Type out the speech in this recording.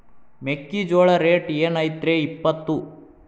ಮೆಕ್ಕಿಜೋಳ ರೇಟ್ ಏನ್ ಐತ್ರೇ ಇಪ್ಪತ್ತು?